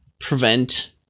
prevent